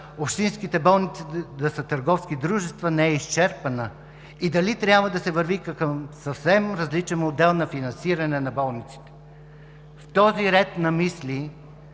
общинските болници да са търговски дружества, и дали трябва да се върви към съвсем различен модел на финансиране на болниците? В този ред на мисли